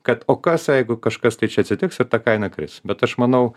kad o kas jeigu kažkas tai čia atsitiks ir ta kaina kris bet aš manau